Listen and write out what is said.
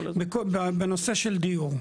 בנושא של דיור.